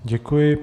Děkuji.